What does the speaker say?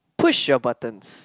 push your buttons